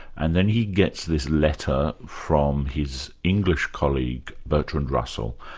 and then he gets this letter from his english colleague, bertrand russell.